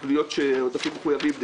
עודפים מחויבים,